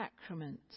sacraments